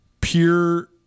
pure